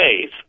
faith